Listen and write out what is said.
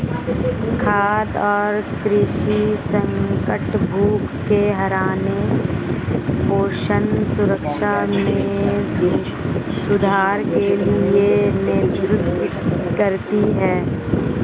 खाद्य और कृषि संगठन भूख को हराने पोषण सुरक्षा में सुधार के लिए नेतृत्व करती है